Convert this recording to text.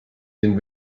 den